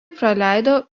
praleido